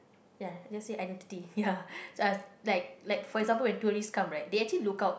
ya I just say identity ya like like for example when tourists come right they actually look out